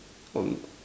want gone